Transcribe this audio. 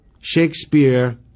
Shakespeare